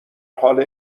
حال